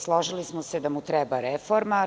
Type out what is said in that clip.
Složili smo se da mu treba reforma.